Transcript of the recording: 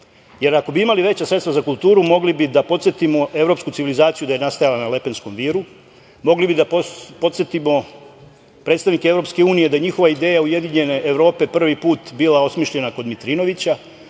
Jer, ako bi imali veća sredstva za kulturu, mogli bi da podsetimo evropsku civilizaciju da je nastajala na Lepenskom viru. Mogli bi da podsetimo predstavnike EU da njihova ideja ujedinjene Evrope prvi put je bila osmišljena kod Mitrinovića.